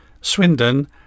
Swindon